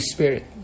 Spirit